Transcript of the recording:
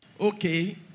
okay